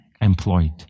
employed